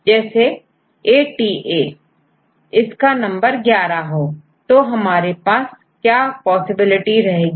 जैसेATA और इनका नंबर 11 हो तो हमारे पास क्या पॉसिबिलिटी होगी